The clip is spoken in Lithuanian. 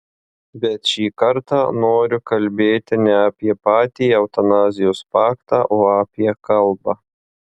bet šį kartą noriu kalbėti ne apie patį eutanazijos faktą o apie kalbą